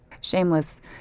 Shameless